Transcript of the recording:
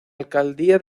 alcaldía